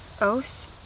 Oath